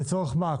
לצורך מה?